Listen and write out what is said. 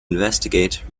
investigate